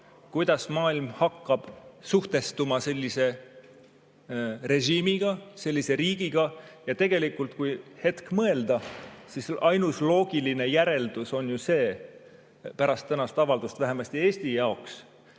kuidas maailm hakkab suhestuma sellise režiimiga, sellise riigiga. Tegelikult, kui hetk mõelda, siis ainus loogiline järeldus on ju see, pärast tänast avaldust vähemasti Eesti jaoks,